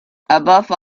above